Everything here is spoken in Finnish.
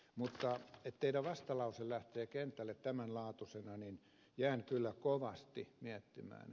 mutta kun teidän vastalauseenne lähtee kentälle tämänlaatuisena niin jään kyllä kovasti miettimään